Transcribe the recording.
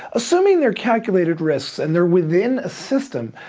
assuming they're calculated risks and they're within a system,